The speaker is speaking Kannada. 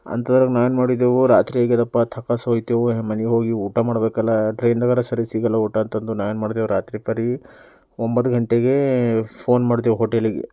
ಅಂಥದ್ರಾಗೆ ನಾವೇನು ಮಾಡಿದೆವು ರಾತ್ರಿಯಾಗಿದೆಯಪ್ಪ ಥಕಾಸಿ ಹೋಗ್ತೇವು ಮನೆಗೋಗಿ ಊಟ ಮಾಡಬೇಕಲ್ಲ ಟ್ರೈನ್ದಾಗರೆ ಸರಿ ಸಿಗೋಲ್ಲ ಊಟ ಅಂತಂದು ನಾವೇನು ಮಾಡಿದೆವು ರಾತ್ರಿ ಪರೀ ಒಂಬತ್ತು ಗಂಟೆಗೆ ಫೋನ್ ಮಾಡಿದೆವು ಹೋಟಲಿಗೆ